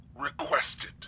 requested